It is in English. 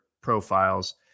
profiles